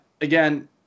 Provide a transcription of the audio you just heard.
again